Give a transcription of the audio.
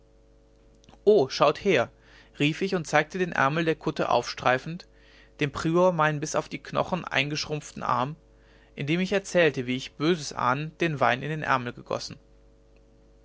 oh schaut her rief ich und zeigte den ärmel der kutte aufstreifend dem prior meinen bis auf den knochen eingeschrumpften arm indem ich erzählte wie ich böses ahnend den wein in den ärmel gegossen